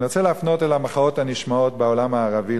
אני רוצה להפנות אל המחאות הנשמעות בעולם הערבי,